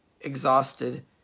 exhausted